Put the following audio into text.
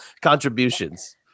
contributions